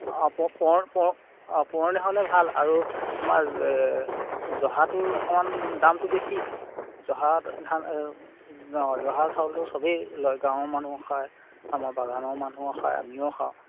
অঁ অঁ পুৰণি হ'লে ভাল আৰু তোমাৰ জহাটোৰ অকমান দামটো বেছি জহাধান অঁ জহা চাউলটো চবেই লয় গাঁৱৰ মানুহেও খায় আমাৰ বাগানৰ মানুহেও খায় আমিও খাওঁ